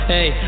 Hey